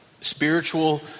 spiritual